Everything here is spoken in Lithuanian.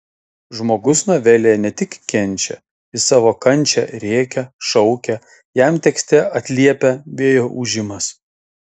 žmogus novelėje ne tik kenčia jis savo kančią rėkia šaukia jam tekste atliepia vėjo ūžimas